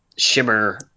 shimmer